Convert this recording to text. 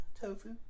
tofu